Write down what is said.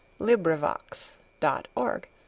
LibriVox.org